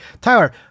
Tyler